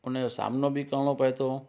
उनजो सामिनो बि करिणो पए थो